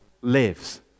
lives